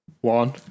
One